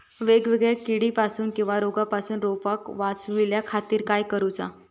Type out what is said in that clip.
वेगवेगल्या किडीपासून किवा रोगापासून रोपाक वाचउच्या खातीर काय करूचा?